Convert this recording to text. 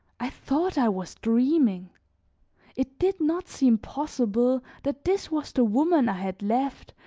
i thought i was dreaming it did not seem possible that this was the woman i had left,